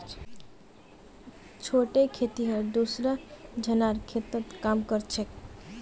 छोटे खेतिहर दूसरा झनार खेतत काम कर छेक